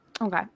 Okay